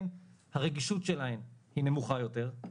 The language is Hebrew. הרגישות שלהן היא נמוכה יותר,